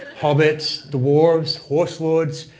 hobbits, dwarves, horselords,